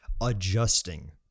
adjusting